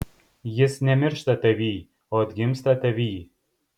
jis nemiršta tavyj o atgimsta tavyj